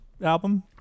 album